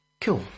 Cool